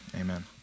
Amen